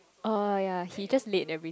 oh ya he just late every